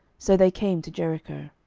so they came to jericho.